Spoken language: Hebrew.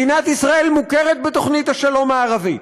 מדינת ישראל מוכרת בתוכנית השלום הערבית.